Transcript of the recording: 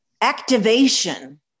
activation